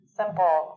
simple